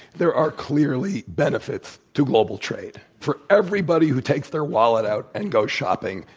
there are clearly benefits to global trade for everybody who takes their wallet out and goes shopping,